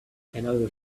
another